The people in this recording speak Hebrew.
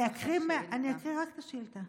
אני אקריא רק את השאילתה.